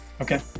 Okay